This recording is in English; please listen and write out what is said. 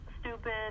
stupid